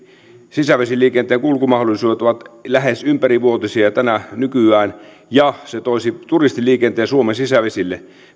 sisävesiliikenteen kulkumahdollisuudet ovat lähes ympärivuotisia nykyään ja se toisi turistiliikenteen suomen sisävesille